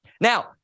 Now